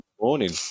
morning